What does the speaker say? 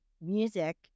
music